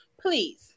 Please